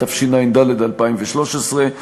התשע"ד 2013,